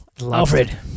Alfred